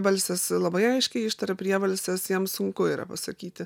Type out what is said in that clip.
balses labai aiškiai ištaria priebalses jam sunku yra pasakyti